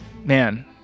man